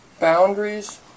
Boundaries